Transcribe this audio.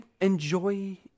enjoy